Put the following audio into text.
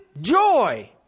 joy